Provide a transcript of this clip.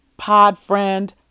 Podfriend